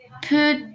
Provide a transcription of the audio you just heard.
Put